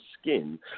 skin